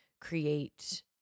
create